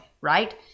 right